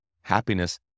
happiness